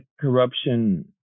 corruption